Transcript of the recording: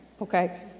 okay